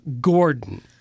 Gordon